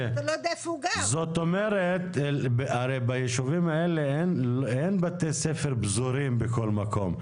הרי ביישובים האלה אין בתי ספר פזורים בכל מקום.